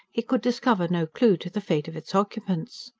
he could discover no clue to the fate of its occupants.